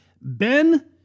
ben